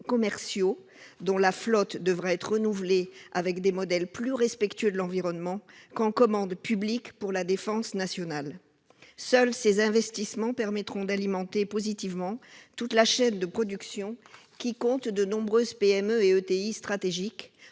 dont la flotte devra être renouvelée avec des modèles plus respectueux de l'environnement, qu'en commandes publiques pour la défense nationale. Seuls ces investissements permettront d'alimenter positivement toute la chaîne de production, qui compte de nombreuses PME et ETI (entreprises